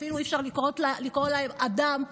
אי-אפשר לקרוא להם אדם,